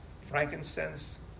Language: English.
frankincense